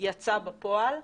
יצא בפועל.